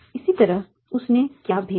इसी तरह उसने क्या भेजा